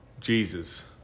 Jesus